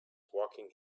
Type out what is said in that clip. walking